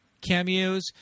cameos